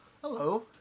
Hello